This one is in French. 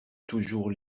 toujours